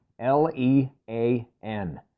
L-E-A-N